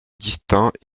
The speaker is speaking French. distincts